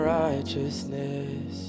righteousness